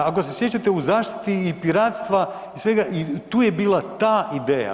Ako se sjećate u zaštiti i piratstva i svega i tu je bila ta ideja.